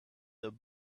the